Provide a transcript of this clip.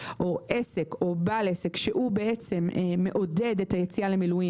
עסק או בעל עסק שהוא מעודד את היציאה למילואים